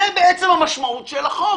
זו המשמעות של החוק.